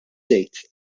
żejt